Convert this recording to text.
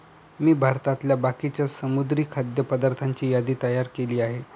मी भारतातल्या बाकीच्या समुद्री खाद्य पदार्थांची यादी तयार केली आहे